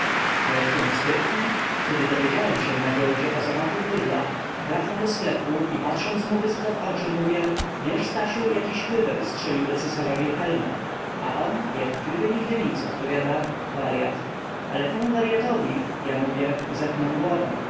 a jaki on sprytny kiedy dowiedziałem się na giełdzie o zamachu hdla wracam do sklepu i patrząc mu bystro w oczy mówię wiesz stasiu jakiś hdel strzelił do cesarza wilhelma a on jakby nigdy nic odpowiada waryat ale temu waryatowi ja mówię zetną głowę